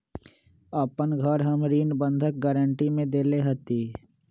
अपन घर हम ऋण बंधक गरान्टी में देले हती